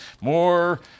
More